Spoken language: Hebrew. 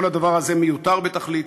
כל הדבר הזה מיותר בתכלית,